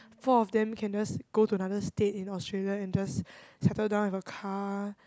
four of them can just go to another state in Australia and just settle down with a car